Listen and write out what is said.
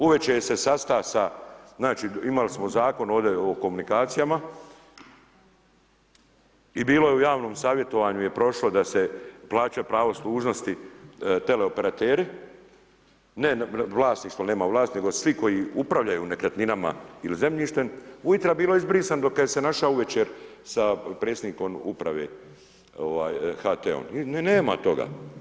Uvečer se sasta sa, znači imali smo Zakon o komunikacijama i bilo je u javnom savjetovanju je prošlo da se plaća pravo služnosti teleoperateri, ne vlasništvo, nema vlasništvo, nego svi koji upravljaju nekretninama ili zemljištem, ujutro bilo izbrisano dok se je našao uvečer sa predsjednikom uprave sa HT-om, ni nema toga.